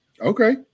Okay